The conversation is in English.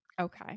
Okay